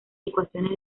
ecuaciones